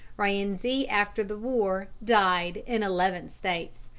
rienzi, after the war, died in eleven states.